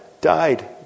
died